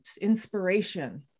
inspiration